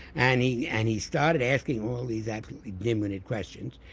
and he and he started asking all these ah dimwitted questions.